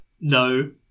No